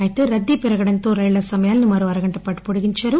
అయితే రద్దీ పెరగడంతో రైళ్ల సమయాలను మరో అరగంట పాటు పొడిగిందారు